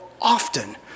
often